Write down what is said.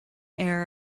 heir